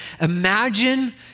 imagine